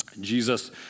Jesus